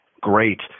Great